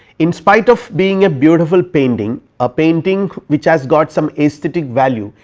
in spite of being a beautiful painting a painting which has got some esthetic value,